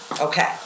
Okay